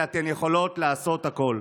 כי אתן יכולות לעשות הכול.